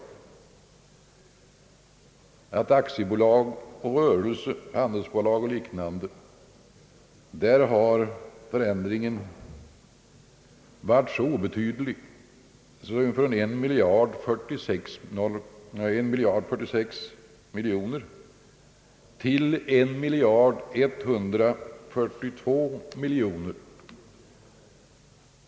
Aktiebolag, handelsbolag och liknande har ökat så obetydligt som från 1,046 miljarder till 1,142 miljarder.